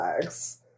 sex